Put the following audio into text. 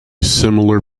similar